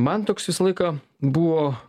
man toks visą laiką buvo